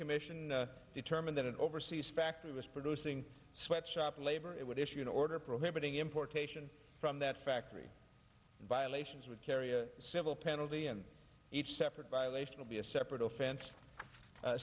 commission determined that overseas factory was producing sweatshop labor it would issue an order prohibiting importation from that factory violations would carry a civil penalty and each separate violation be a separate offense